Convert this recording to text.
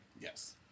yes